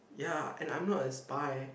ya and I'm not a spy